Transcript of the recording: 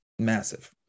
massive